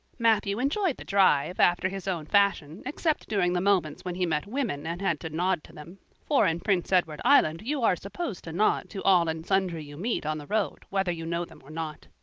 matthew enjoyed the drive after his own fashion, except during the moments when he met women and had to nod to them for in prince edward island you are supposed to nod to all and sundry you meet on the road whether you know them or not.